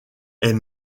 est